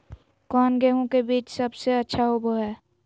कौन गेंहू के बीज सबेसे अच्छा होबो हाय?